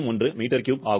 01 m3 ஆகும்